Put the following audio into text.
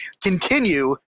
continue